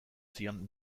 zion